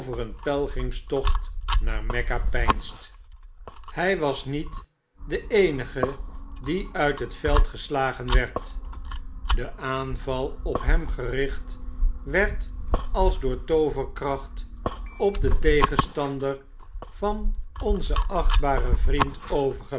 een pelgrimstocht naar mekka peinst hij was niet de eenige die uit het veld geslagen werd de aanval op hem gericht werd als door tooverkracht op den tegenstander van onzen achtbaren vriend